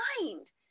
mind